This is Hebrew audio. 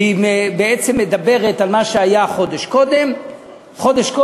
בעצם על מה שהיה חודש קודם לכן.